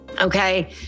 Okay